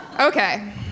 Okay